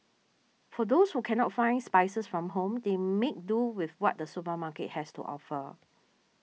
for those who cannot find spices from home they make do with what the supermarket has to offer